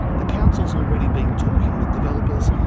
the council has already been talking with developers,